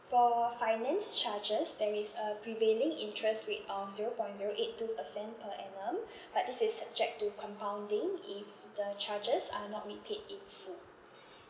for finance charges there is a prevailing interest rate of zero point zero eight two percent per annum but this is subject to compounding if the charges are not repaid in full